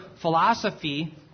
philosophy